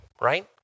right